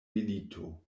milito